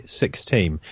sixteen